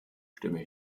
stimme